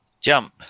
Jump